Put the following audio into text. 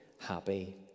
happy